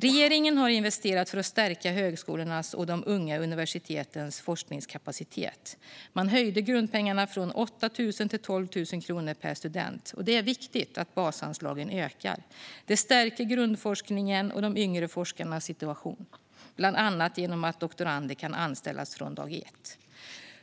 Regeringen har investerat för att stärka högskolornas och de unga universitetens forskningskapacitet. Man höjde grundpengarna från 8 000 kronor till 12 000 kronor per student. Det är viktigt att basanslagen ökar. Det stärker grundforskningen och de yngre forskarnas situation bland annat genom att doktorander kan anställas från dag ett.